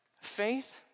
faith